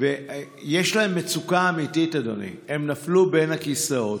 יש להם מצוקה אמיתית, אדוני, הם נפלו בין הכיסאות.